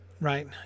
Right